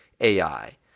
AI